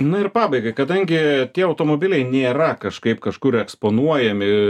na ir pabaigai kadangi tie automobiliai nėra kažkaip kažkur eksponuojami